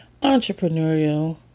entrepreneurial